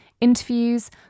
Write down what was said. interviews